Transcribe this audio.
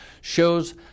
shows